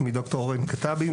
שמי ד"ר אורן כתבי,